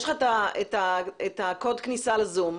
יש לך את קוד הכניסה לזום,